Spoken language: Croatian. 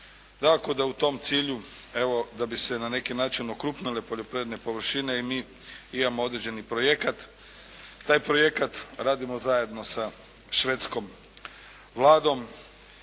da u tom cilju evo da bi se na neki način okrupnile poljoprivredne površine i mi imamo određeni projekat. Taj projekat radimo zajedno sa švedskom Vladom,